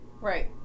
right